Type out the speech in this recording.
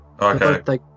Okay